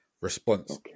response